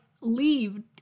leave